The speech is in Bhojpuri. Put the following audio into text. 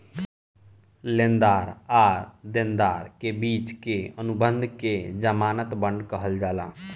लेनदार आ देनदार के बिच के अनुबंध के ज़मानत बांड कहल जाला